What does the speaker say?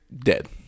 dead